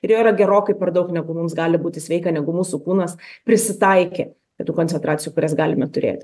ir jo yra gerokai per daug negu mums gali būti sveika negu mūsų kūnas prisitaikė prie tų koncentracijų kurias galime turėti